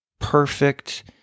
perfect